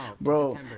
Bro